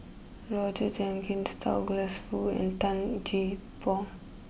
Roger Jenkins Douglas Foo and Tan Gee Paw